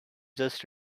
just